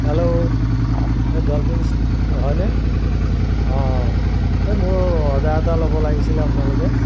hello এই Dolphins হয়নে অঁ এই মোৰ অৰ্ডাৰ এটা ল'ব লাগিছিলে আপোনালোকে